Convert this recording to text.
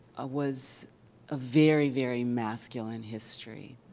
was a very, very masculine history.